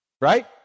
right